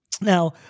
Now